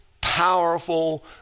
powerful